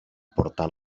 portar